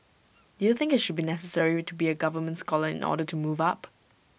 do you think IT should be necessary to be A government scholar in order to move up